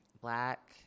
black